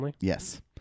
Yes